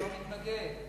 האוצר מתנגד.